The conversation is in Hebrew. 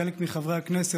חלק מחברי הכנסת,